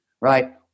right